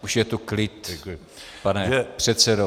Už je tu klid, pane předsedo.